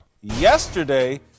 Yesterday